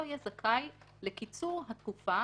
לא יהיה זכאי לקיצור התקופה